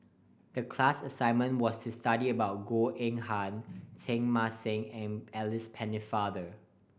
the class assignment was to study about Goh Eng Han Teng Mah Seng and Alice Pennefather